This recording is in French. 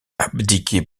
abdiquer